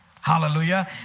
Hallelujah